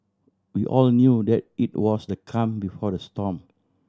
we all knew that it was the calm before the storm